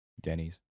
Denny's